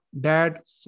dad